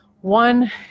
one